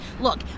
Look